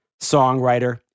songwriter